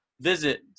visit